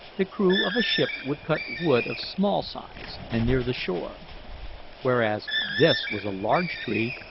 the crew of a ship would cut wood of small size and near the shore whereas this was a large tree,